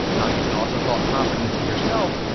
now you can also call it confidence in yourself.